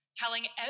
telling